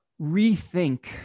rethink